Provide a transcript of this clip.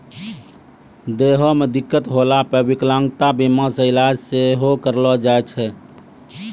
देहो मे दिक्कत होला पे विकलांगता बीमा से इलाज सेहो करैलो जाय छै